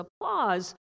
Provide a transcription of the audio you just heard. applause